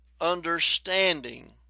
understanding